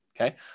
Okay